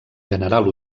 general